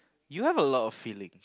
you have a lot of feeling